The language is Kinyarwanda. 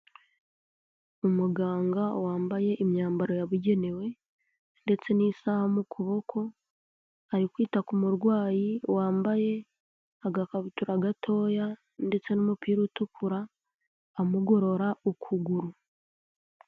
Umuganga wambaye imyambaro yabugenewe ndetse n'isaha mu kuboko, ari kwita ku murwayi wambaye agakabutura gatoya ndetse n'umupira utukura, amugorora ukuguru.